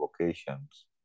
vocations